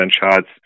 gunshots